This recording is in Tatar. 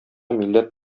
милләт